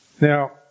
Now